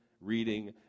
reading